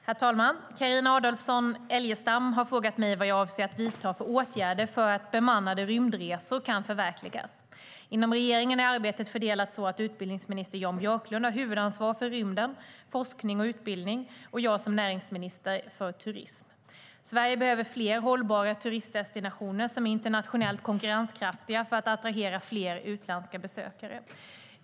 Herr talman! Carina Adolfsson Elgestam har frågat mig vad jag avser att vidta för åtgärder för att bemannade rymdresor ska kunna förverkligas. Inom regeringen är arbetet fördelat så att utbildningsminister Jan Björklund har huvudansvar för rymden, forskning och utbildning och jag som näringsminister har ansvar för turism. Sverige behöver fler hållbara turistdestinationer som är internationellt konkurrenskraftiga för att attrahera fler utländska besökare.